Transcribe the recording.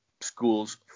schools